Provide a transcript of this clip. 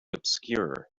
obscure